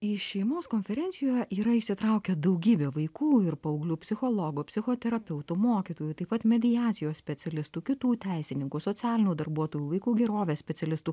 į šeimos konferencijoje yra įsitraukę daugybė vaikų ir paauglių psichologų psichoterapeutų mokytojų taip pat mediacijos specialistų kitų teisininkų socialinių darbuotojų vaikų gerovės specialistų